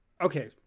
okay